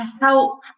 help